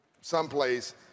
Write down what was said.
someplace